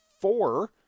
four